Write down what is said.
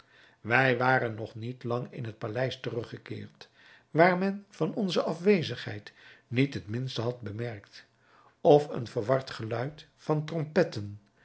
wij waren nog niet lang in het paleis teruggekeerd waar men van onze afwezigheid niet het minste had bemerkt of een verward geluid van